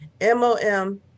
M-O-M